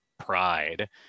pride